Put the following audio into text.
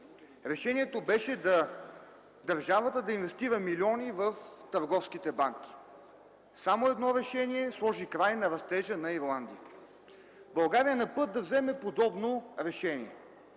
Решението беше държавата да инвестира милиони в търговските банки. Само едно решение сложи край на растежа на Ирландия. България е на път да вземе подобно решение.